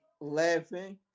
laughing